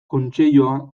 kontseilua